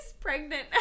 pregnant